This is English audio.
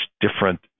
different